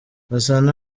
gasana